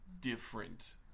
different